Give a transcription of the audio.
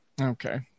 Okay